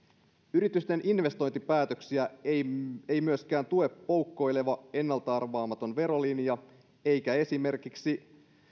yritysten investointipäätöksiä ei ei myöskään tue poukkoileva ennalta arvaamaton verolinja eikä esimerkiksi